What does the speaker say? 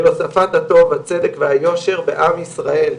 אל הוספת הטוב, הצדק והיושר בעם ישראל.